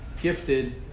gifted